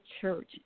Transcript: Church